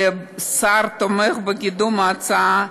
השר תומך בקידום ההצעה,